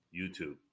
YouTube